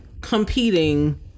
competing